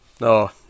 no